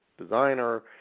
designer